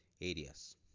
areas